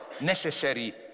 necessary